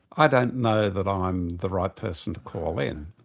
i don't know that i'm the right person to call in.